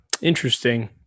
interesting